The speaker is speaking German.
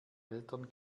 eltern